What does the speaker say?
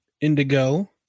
indigo